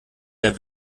der